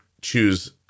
choose